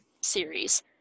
series